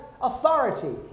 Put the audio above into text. Authority